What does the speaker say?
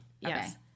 yes